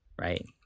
right